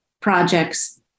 projects